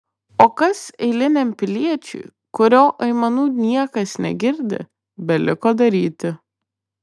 o kas eiliniam piliečiui kurio aimanų niekas negirdi beliko daryti